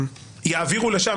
יבוא ויעבירו לשם,